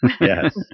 Yes